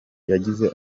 yagize